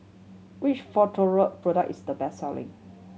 which Futuro product is the best selling